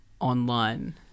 online